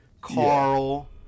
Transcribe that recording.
Carl